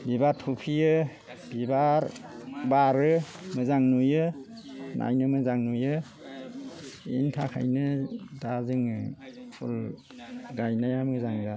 बिबार थफियो बिबार बारो मोजां नुयो नायनो मोजां नुयो बिनि थाखायनो दा जोङो फुल गायनाया मोजां जादों